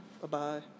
Bye-bye